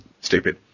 Stupid